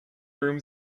room